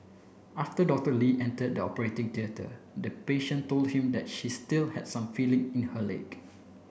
after Doctor Lee entered the operating theatre the patient told him that she still had some feeling in her leg